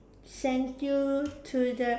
sent you to the